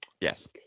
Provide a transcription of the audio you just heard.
Yes